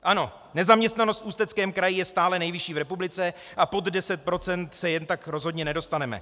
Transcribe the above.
Ano, nezaměstnanost v Ústeckém kraji je stále nejvyšší v republice a pod 10 % se jen tak rozhodně nedostaneme.